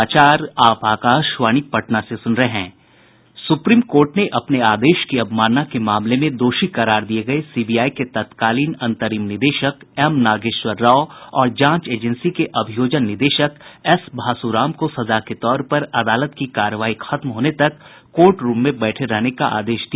supreme court ने अपने आदेश की अवमानना के मामले में दोषी करार दिये गये सीबीआई के तत्कालीन अंतरिम निदेशक एम नागेश्वर राव और जांच एजेंसी के अभियोजन निदेशक एस भासू राम को सजा के तौर पर अदालत की कार्यवाही खत्म होने तक कोर्ट रूम में बैठे रहने का आदेश दिया